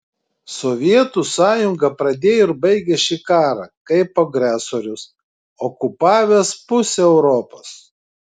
sovietų sąjunga pradėjo ir baigė šį karą kaip agresorius okupavęs pusę europos